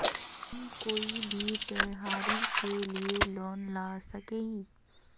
हम कोई भी त्योहारी के लिए लोन ला सके हिये?